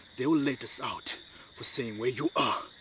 they will let us out for saying where you are.